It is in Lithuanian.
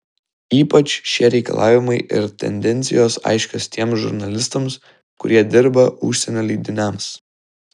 ypač šie reikalavimai ir tendencijos aiškios tiems žurnalistams kurie dirba užsienio leidiniams